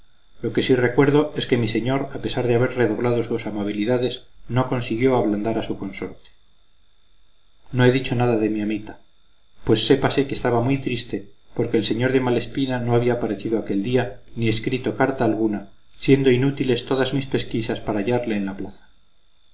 lo que sí recuerdo es que mi señor a pesar de haber redoblado sus amabilidades no consiguió ablandar a su consorte no he dicho nada de mi amita pues sépase que estaba muy triste porque el señor de malespina no había parecido aquel día ni escrito carta alguna siendo inútiles todas mis pesquisas para hallarle en la plaza